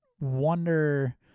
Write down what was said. wonder